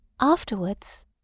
Afterwards—